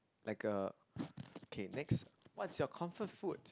like a okay next what's your comfort food